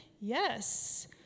Yes